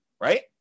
right